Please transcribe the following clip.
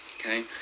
Okay